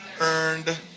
earned